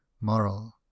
moral